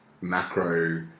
macro